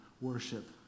worship